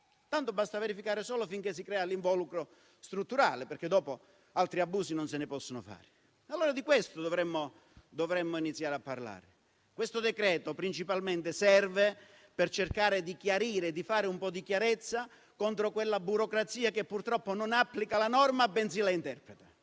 Tanto basta verificare solo finché si crea l'involucro strutturale, perché dopo altri abusi non se ne possono fare. Di questo dovremmo iniziare a parlare. Questo decreto serve principalmente per cercare di chiarire e di fare un po' di chiarezza contro quella burocrazia che purtroppo non applica la norma, bensì la interpreta.